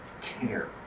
care